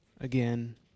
again